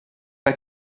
pas